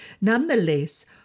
Nonetheless